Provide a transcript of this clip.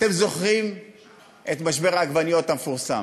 אתם זוכרים את משבר העגבניות המפורסם,